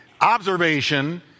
observation